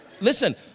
listen